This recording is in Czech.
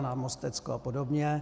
Na Mostecko a podobně.